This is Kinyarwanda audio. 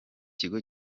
kigo